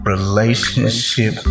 relationship